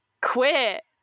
Quit